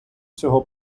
цього